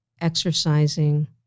exercising